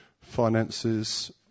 finances